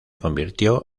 convirtió